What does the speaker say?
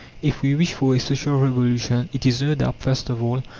if we wish for a social revolution, it is no doubt, first of all,